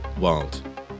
world